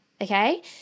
okay